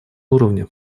уровне